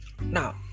Now